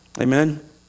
amen